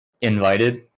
invited